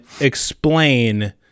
explain